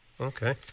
Okay